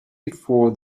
before